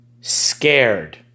scared